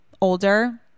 older